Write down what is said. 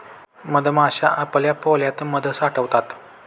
मधमाश्या आपल्या पोळ्यात मध साठवतात